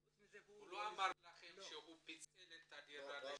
חוץ מזה הוא --- הוא לא אמר לכם שהוא פיצל את הדירה לשניים?